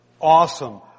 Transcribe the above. awesome